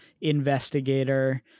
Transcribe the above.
investigator